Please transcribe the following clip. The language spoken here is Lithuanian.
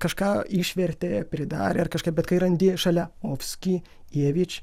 kažką išvertė pridarė ar kažkaip bet kai randi šalia ofski jėvič